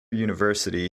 university